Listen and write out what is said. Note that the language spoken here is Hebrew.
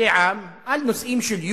משאלי עם על נושאים של יורו.